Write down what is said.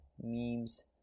memes